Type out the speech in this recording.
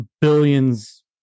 billions